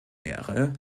wäre